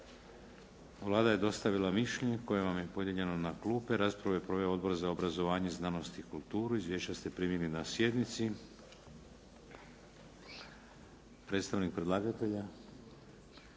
Vlada je dostavila mišljenje koje vam je podijeljeno na klupe. Raspravu je proveo Odbor za obrazovanje, znanost i kulturu. Izvješća ste primili na sjednici. Predstavnik predlagatelja,